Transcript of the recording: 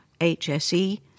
HSE